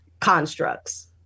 constructs